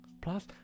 Plus